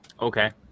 Okay